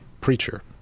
preacher